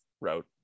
wrote